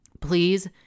please